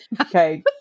Okay